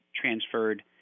transferred